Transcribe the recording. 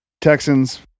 Texans